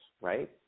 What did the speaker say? right